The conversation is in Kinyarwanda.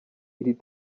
iri